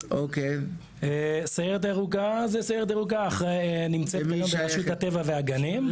הסיירת הירוקה נמצאת באחריות רשות הטבע והגנים,